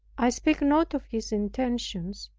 i speak not of his intentions,